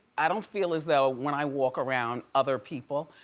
i don't feel as though, when i walk around other people,